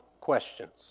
questions